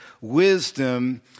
wisdom